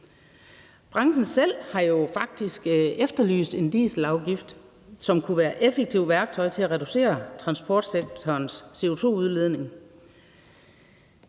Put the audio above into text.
Branchen selv har jo faktisk efterlyst en dieselafgift, som kunne være et effektivt værktøj til at reducere transportsektorens CO2-udledning.